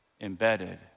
embedded